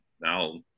now